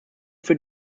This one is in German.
für